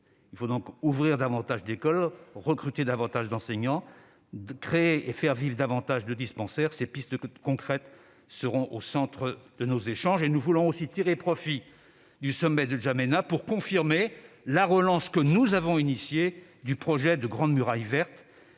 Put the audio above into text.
Il faut donc ouvrir davantage d'écoles, recruter davantage d'enseignants, créer et faire vivre davantage de dispensaires. Ces pistes concrètes seront au centre de nos échanges. Nous voulons aussi tirer profit du sommet de N'Djamena pour confirmer la relance que nous avons initiée du projet de grande muraille verte.